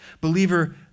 Believer